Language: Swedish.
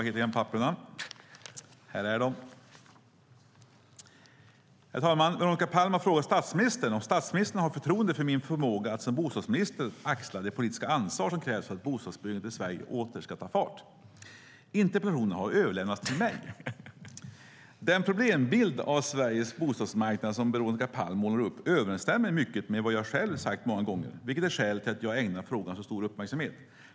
Herr talman! Veronica Palm har frågat statsministern om statsministern har förtroende för min förmåga att som bostadsminister att axla det politiska ansvar som krävs för att bostadsbyggandet i Sverige åter ska ta fart. Interpellationen har överlämnats till mig. Den problembild av Sveriges bostadsmarknad som Veronica Palm målar upp överensstämmer i mycket med vad jag själv sagt många gånger, vilket är skälet till att jag ägnar frågan så stor uppmärksamhet.